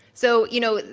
so, you know,